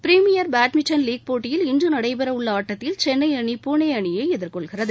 premier badminton league போட்டியில் இன்று நடைபெறவுள்ள ஆட்டத்தில் சென்னை அணி புனே அணியை எதிர்கொள்கிறது